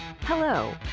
Hello